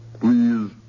Please